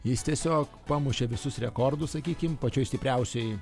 jis tiesiog pamušė visus rekordus sakykim pačioj stipriausioj